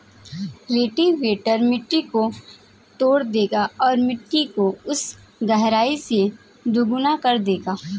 cultivator मिट्टी को तोड़ देगा और मिट्टी को उन गहराई से दोगुना कर देगा